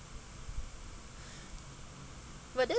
but that's